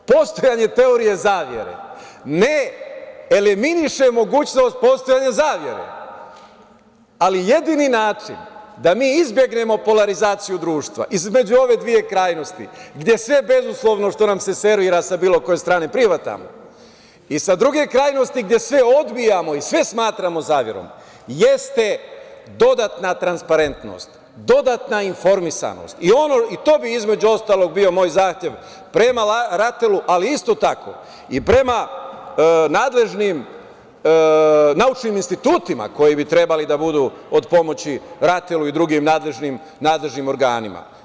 Postojanje teorije zavere ne eliminiše mogućnost postojanja zavere, ali jedini način da mi izbegnemo polarizaciju društva između ove dve krajnosti, gde je sve bezuslovno što nam se servira sa bilo koje strane prihvatamo i sa druge krajnosti gde sve odbijamo i sve smatramo zaverom, jeste dodatna transparentnost, dodatna informisanost i to bi između ostalog bio moj zahtev prema RATEL-u ali isto tako i prema nadležnim naučnim institutima koji bi trebali da budu od pomoći RATEL-u i drugim nadležnim organima.